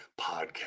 podcast